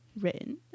written